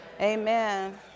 Amen